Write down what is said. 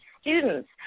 students